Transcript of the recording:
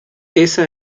esa